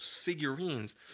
figurines